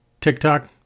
TikTok